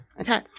Okay